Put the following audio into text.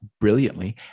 brilliantly